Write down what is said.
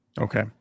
Okay